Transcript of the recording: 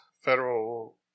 federal